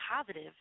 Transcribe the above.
positive